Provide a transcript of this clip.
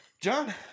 John